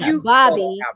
Bobby